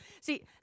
See